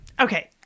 okay